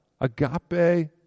Agape